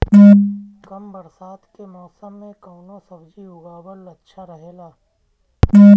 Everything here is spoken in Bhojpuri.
कम बरसात के मौसम में कउन सब्जी उगावल अच्छा रहेला?